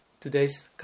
today's